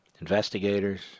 Investigators